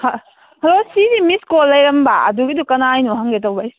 hello ꯁꯤꯁꯦ ꯃꯤꯁꯀꯣꯜ ꯂꯩꯔꯝꯕ ꯑꯗꯨꯒꯤꯗꯨ ꯀꯅꯥꯒꯤꯅꯣ ꯍꯪꯒꯦ ꯇꯧꯕꯒꯤ